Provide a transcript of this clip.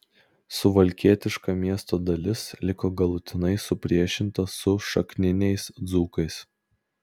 suvalkietiška miesto dalis liko galutinai supriešinta su šakniniais dzūkais